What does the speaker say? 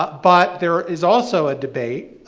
but but there is also a debate,